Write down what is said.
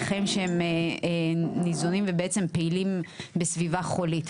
בעלי חיים שהם ניזונים ובעצם פעילים בסביבה חולית,